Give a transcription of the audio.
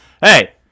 Hey